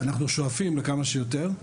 אנחנו שואפים לכמה שיותר,